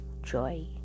joy